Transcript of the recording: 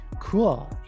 Cool